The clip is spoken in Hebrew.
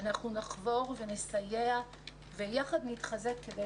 אנחנו נחבור ונסייע ויחד נתחזק כדי